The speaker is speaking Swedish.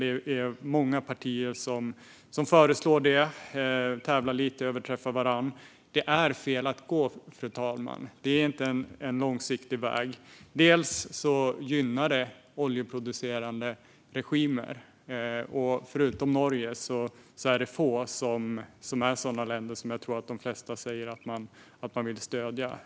Det är många partier som föreslår det, som tävlar lite och försöker överträffa varandra. Det är fel väg att gå, fru talman. Det är inte en långsiktig väg. Bland annat gynnar det oljeproducerande regimer. Förutom Norge är det få som är sådana länder som jag tror att de flesta vill stödja.